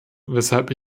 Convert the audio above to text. weshalb